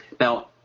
Now